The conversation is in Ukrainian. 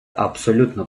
абсолютно